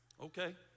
okay